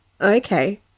Okay